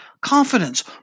confidence